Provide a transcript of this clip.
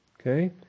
Okay